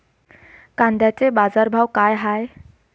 कांद्याचे बाजार भाव का हाये?